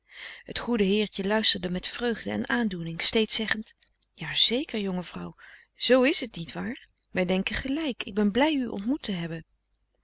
het goede heertje luisterde met vreugde en aandoening steeds zeggend ja zeker jonge vrouw zoo is t niet waar wij denken gelijk ik ben blij u ontmoet te hebben